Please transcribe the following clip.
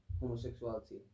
homosexuality